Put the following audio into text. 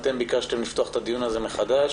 אתם ביקשתם לפתוח את הדיון הזה מחדש,